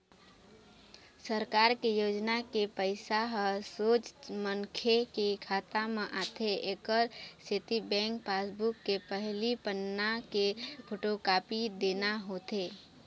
सरकार के योजना के पइसा ह सोझ मनखे के खाता म आथे एकर सेती बेंक पासबूक के पहिली पन्ना के फोटोकापी देना होथे